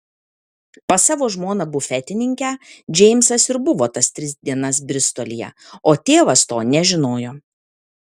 pas savo žmoną bufetininkę džeimsas ir buvo tas tris dienas bristolyje o tėvas to nežinojo